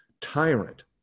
tyrant